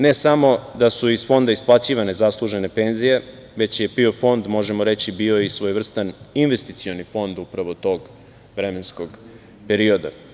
Ne samo da su iz Fonda isplaćivane zaslužene penzije, već je PIO fond, možemo reći, bio i svojevrstan investicioni fond upravo tog vremenskog perioda.